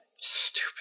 stupid